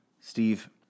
Steve